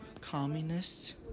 communists